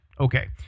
okay